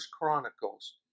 Chronicles